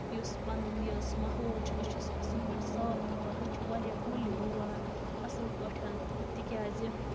یُس پَنُن یُس ماحول چھُ أسۍ چھُ سُہ اَصٕل پٲٹھۍ صاف تھاوان أسۍ چھِ واریاہ کُلۍ رُوان اَصٕل پٲٹھٮ۪ن تِکیٛازِ